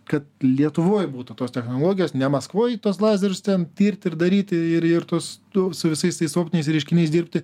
kad lietuvoj būtų tos technologijos ne maskvoj tuos lazerius ten tirti ir daryti ir ir tuos nu su visais tais optiniais reiškiniais dirbti